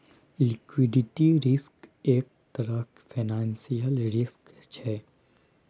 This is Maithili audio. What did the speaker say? लिक्विडिटी रिस्क एक तरहक फाइनेंशियल रिस्क छै